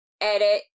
edit